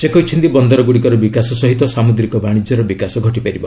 ସେ କହିଛନ୍ତି ବନ୍ଦରଗୁଡ଼ିକର ବିକାଶ ସହିତ ସାମୁଦ୍ରିକ ବାଶିଜ୍ୟର ବିକାଶ ଘଟିପାରିବ